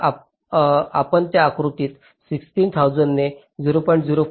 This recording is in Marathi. तर जर आपण त्या आकृती 16000 ने 0